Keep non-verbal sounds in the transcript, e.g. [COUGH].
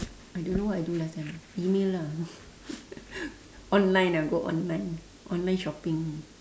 I don't know what I do last time email lah [LAUGHS] online ah go online online shopping